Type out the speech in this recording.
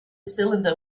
cylinder